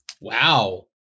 wow